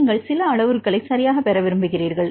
நீங்கள் சில அளவுருக்களை சரியாகப் பெற விரும்புகிறீர்கள்